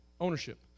ownership